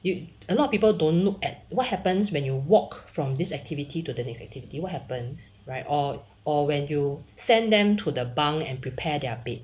you a lot of people don't look at what happens when you walk from this activity to the next activity what happens right or or when you send them to the bunk and prepare their bed